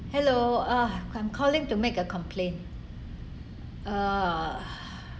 hello uh I'm calling to make a complain ah